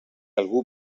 algú